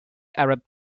arab